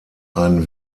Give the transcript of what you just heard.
ein